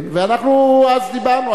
אנחנו אז דיברנו,